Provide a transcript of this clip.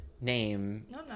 name